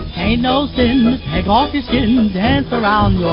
hey no i got this dance around